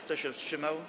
Kto się wstrzymał?